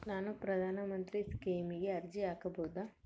ನಾನು ಪ್ರಧಾನ ಮಂತ್ರಿ ಸ್ಕೇಮಿಗೆ ಅರ್ಜಿ ಹಾಕಬಹುದಾ?